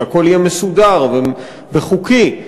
שהכול יהיה מסודר וחוקי.